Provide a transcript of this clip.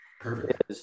Perfect